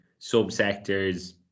subsectors